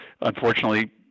unfortunately